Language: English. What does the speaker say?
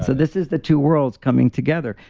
so this is the two worlds coming together.